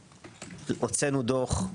כולנו זוכרים אותו הוצאנו דוח,